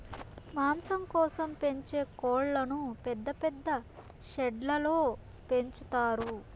మాంసం కోసం పెంచే కోళ్ళను పెద్ద పెద్ద షెడ్లలో పెంచుతారు